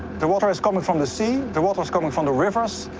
the water is coming from the sea. the water is coming from the rivers.